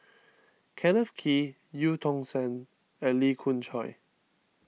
Kenneth Kee Eu Tong Sen and Lee Khoon Choy